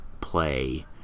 play